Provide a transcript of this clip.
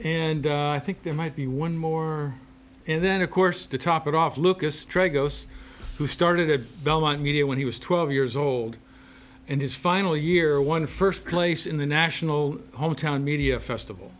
and i think there might be one more and then of course to top it off lucas trego us who started belmont media when he was twelve years old and his final year won first place in the national hometown media festival